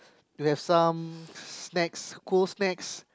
to have some snacks cold snacks